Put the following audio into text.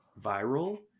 viral